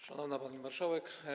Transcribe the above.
Szanowna Pani Marszałek!